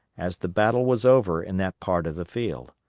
as the battle was over in that part of the field.